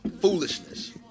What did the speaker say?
foolishness